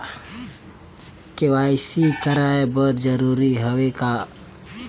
KYC कराय बर जरूरी हवे का?